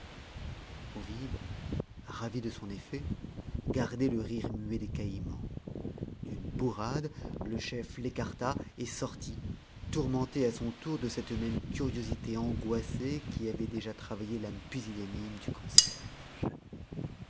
ovide ravi de son effet gardait le rire muet des caïmans d'une bourrade le chef l'écarta et sortit tourmenté à son tour de cette même curiosité angoissée qui avait déjà travaillé l'âme pusillanime du concierge